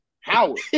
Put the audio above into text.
Howard